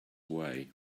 way